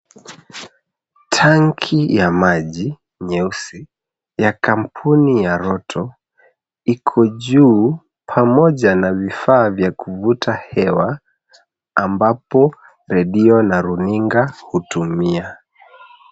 Tanki ya maji nyeusi ya kampuni ya Roto iko juu pamoja na vifaa vya kuvuta hewa ambapo redio na runinga hutumia.